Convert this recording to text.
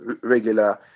regular